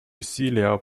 усилия